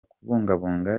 kubungabunga